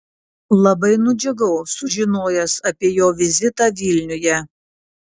labai nudžiugau sužinojęs apie jo vizitą vilniuje